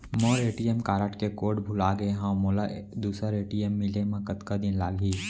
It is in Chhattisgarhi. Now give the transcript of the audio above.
मोर ए.टी.एम कारड के कोड भुला गे हव, मोला दूसर ए.टी.एम मिले म कतका दिन लागही?